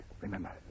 Remember